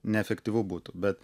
neefektyvu būtų bet